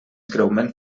greument